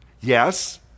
Yes